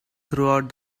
throughout